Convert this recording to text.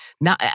Now